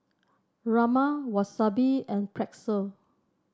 Rajma Wasabi and Pretzel